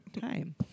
time